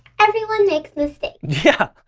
everyone makes mistakes. yeah,